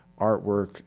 artwork